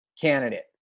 candidate